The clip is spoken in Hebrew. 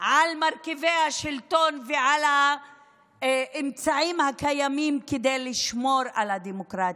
על מרכיבי השלטון ועל האמצעים הקיימים כדי לשמור על הדמוקרטיה,